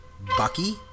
Bucky